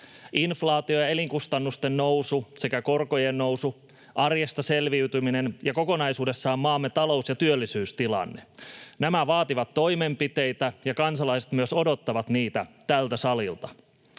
inflaatio ja elinkustannusten nousu sekä korkojen nousu, arjesta selviytyminen ja kokonaisuudessaan maamme talous- ja työllisyystilanne. Nämä vaativat toimenpiteitä, ja kansalaiset myös odottavat niitä tältä salilta.